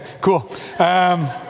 cool